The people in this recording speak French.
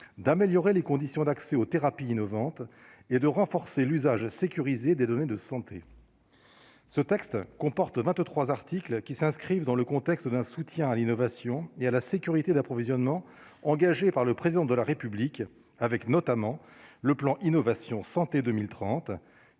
d'améliorer les conditions d'accès aux thérapies innovantes et de renforcer l'usage sécurisé des données de santé, ce texte comporte 23 articles qui s'inscrivent dans le contexte d'un soutien à l'innovation et à la sécurité d'approvisionnement engagée par le président de la République, avec notamment le plan Innovation Santé 2030,